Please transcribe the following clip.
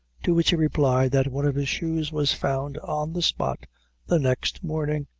to which he replied, that one of his shoes was found on the spot the next morning,